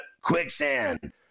quicksand